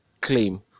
claim